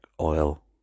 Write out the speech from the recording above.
oil